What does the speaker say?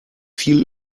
viel